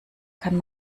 kann